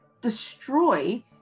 destroy